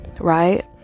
right